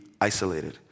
isolated